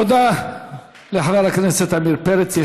תודה לחבר הכנסת עמיר פרץ.